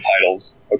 titles